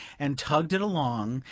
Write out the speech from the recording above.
and tugged it along,